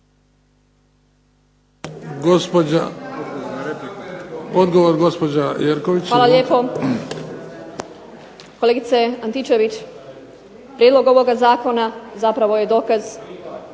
Hvala lijepo. Kolegice Antičević, prijedlog ovoga zakona zapravo je dokaz